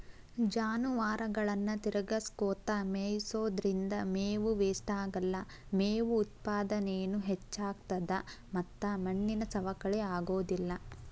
ಜಾನುವಾರುಗಳನ್ನ ತಿರಗಸ್ಕೊತ ಮೇಯಿಸೋದ್ರಿಂದ ಮೇವು ವೇಷ್ಟಾಗಲ್ಲ, ಮೇವು ಉತ್ಪಾದನೇನು ಹೆಚ್ಚಾಗ್ತತದ ಮತ್ತ ಮಣ್ಣಿನ ಸವಕಳಿ ಆಗೋದಿಲ್ಲ